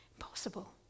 impossible